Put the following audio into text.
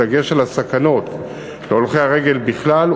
בדגש על הסכנות להולכי הרגל בכלל,